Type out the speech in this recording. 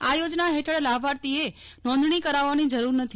આ યોજના હેઠળ લાભાર્થીએ નોંધજી કરાવવાની જરૂર નથી